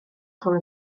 rhwng